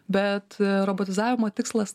bet robotizavimo tikslas